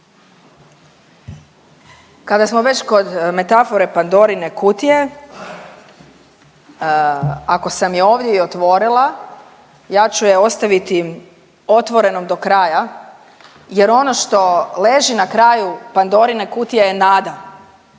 Kada smo već kod metafore Pandorine kutije, ako sam je ovdje i otvorila ja ću je ostaviti otvorenom do kraja jer ono što leži na kraju Pandorine kutije je nada,